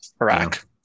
Iraq